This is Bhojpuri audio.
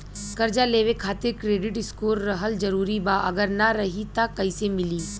कर्जा लेवे खातिर क्रेडिट स्कोर रहल जरूरी बा अगर ना रही त कैसे मिली?